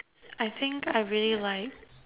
I think I really like